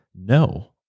no